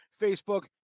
Facebook